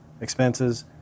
expenses